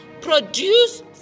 produce